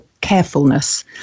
carefulness